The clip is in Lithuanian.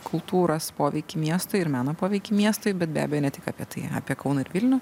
kultūros poveikį miestui ir meno poveikį miestui bet be abejo ne tik apie tai apie kauną ir vilnių